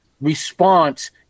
response